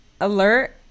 alert